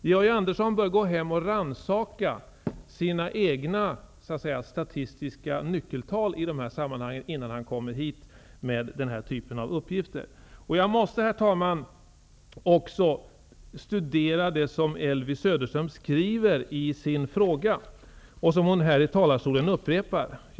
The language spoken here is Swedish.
Georg Andersson bör gå hem och rannsaka sina egna statistiska nyckeltal i dessa sammanhang innan han kommer hit med den här typen av uppgifter. Jag måste, herr talman, också studera det som Elvy Söderström skriver i sin interpellation och som hon upprepar här i talarstolen.